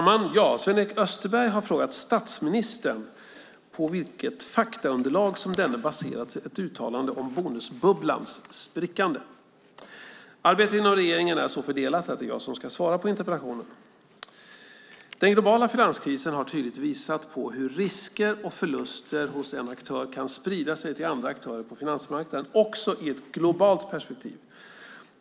Fru talman! Sven-Erik Österberg har frågat statsministern på vilket faktaunderlag som denne baserat ett uttalande om bonusbubblans sprickande. Arbetet inom regeringen är så fördelat att det är jag som ska svara på interpellationen. Den globala finanskrisen har tydligt visat på hur risker och förluster hos en aktör kan sprida sig till andra aktörer på finansmarknaden, också i ett globalt perspektiv.